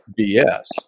BS